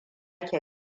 ki